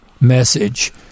message